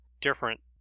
different